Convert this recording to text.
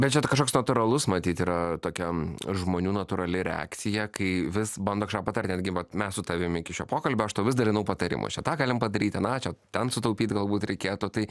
bet čia kažkoks natūralus matyt yra tokiam žmonių natūrali reakcija kai vis bando kažką patart netgi vat mes su tavim iki šio pokalbio aš tau vis dalinau patarimus čia tą galim padaryt aną čia ten sutaupyt galbūt reikėtų tai